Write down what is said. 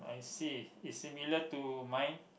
I see is similar to mine